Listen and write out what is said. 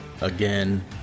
again